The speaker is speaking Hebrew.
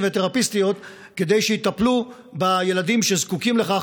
ותרפיסטיות שיטפלו בילדים שזקוקים לכך,